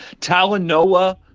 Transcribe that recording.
Talanoa